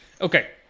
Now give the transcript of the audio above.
Okay